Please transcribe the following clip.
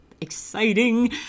exciting